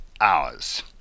hours